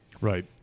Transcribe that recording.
Right